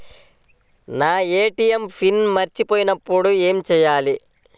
నా ATM PIN మర్చిపోయినప్పుడు ఏమి చేయాలి?